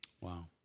Wow